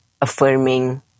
affirming